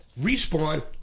Respawn